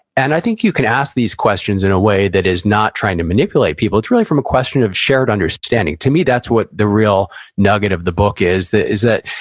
and i think you can ask these questions in a way that is not trying to manipulate people. it's really from a question of shared understanding. to me, that's what the real nugget of the book is. that, is that,